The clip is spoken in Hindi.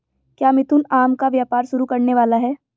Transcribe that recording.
क्या मिथुन आम का व्यापार शुरू करने वाला है?